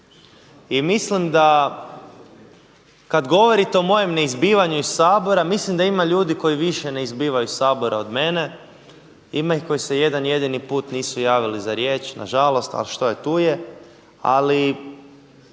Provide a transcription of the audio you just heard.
I mislim da kad govorite o mojem neizbivanju iz Sabora mislim da ima ljudi koji više ne izbivaju iz Sabora od mene. Ima ih koji se jedan jedini put nisu javili za riječ, na žalost ali što je tu je. Ali